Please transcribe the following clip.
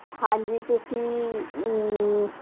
ਹਾਂਜੀ ਤੁਸੀਂ